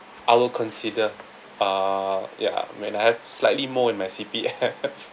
I will consider uh ya when I have slightly more in my C_P_F